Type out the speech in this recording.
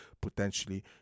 potentially